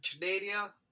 Canada